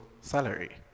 salary